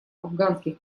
афганских